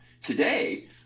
Today